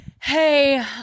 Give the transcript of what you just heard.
Hey